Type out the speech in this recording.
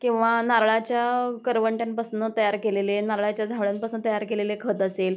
किंवा नारळाच्या करवंट्यांपासून तयार केलेले नारळाच्या झावळ्यांपासून तयार केलेले खत असेल